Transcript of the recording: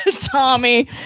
Tommy